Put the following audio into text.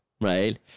right